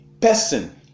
person